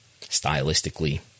stylistically